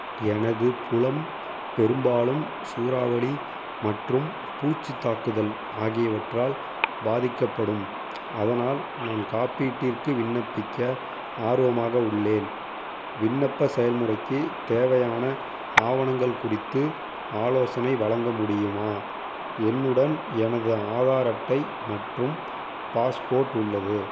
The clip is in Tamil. எனது புலம் பெரும்பாலும் சூறாவளி மற்றும் பூச்சி தாக்குதல் ஆகியவற்றால் பாதிக்கப்படும் அதனால் நான் காப்பீட்டிற்கு விண்ணப்பிக்க ஆர்வமாக உள்ளேன் விண்ணப்ப செயல்முறைக்கு தேவையான ஆவணங்கள் குறித்து ஆலோசனை வழங்க முடியுமா என்னுடன் எனது ஆதார் அட்டை மற்றும் பாஸ்போர்ட் உள்ளது